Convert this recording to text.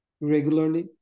regularly